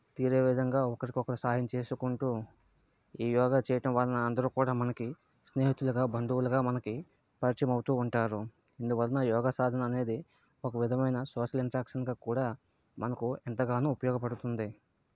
తీరే విధంగా ఒకరికొకరు సాయం చేసుకుంటూ ఈ యోగ చేయటం వలన అందరూ కూడా మనకి స్నేహితులుగా బంధువులుగా మనకి పరిచయం అవుతూ ఉంటారు ఇందువలన యోగ సాధన అనేది ఒక విధమైన సోషల్ ఇంటరాక్షన్తో కూడా మనకు ఎంతగానో ఉపయోగపడుతుంది